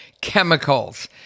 chemicals